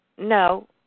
No